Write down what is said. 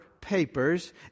papers